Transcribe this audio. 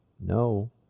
no